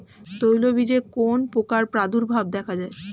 তৈলবীজে কোন পোকার প্রাদুর্ভাব দেখা যায়?